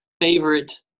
favorite